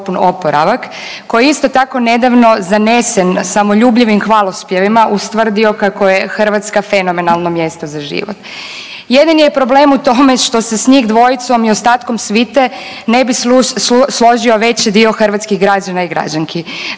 brzi i potpun oporavak, koji je isto tako nedavno zanesen samoljubljivim hvalospjevima ustvrdio kako je Hrvatska fenomenalno mjesto za život. Jedini je problem u tome što se s njih dvojicom i ostatkom svite ne bi složio veći dio hrvatskih građana i građanki.